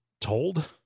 told